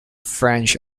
french